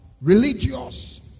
religious